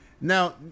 Now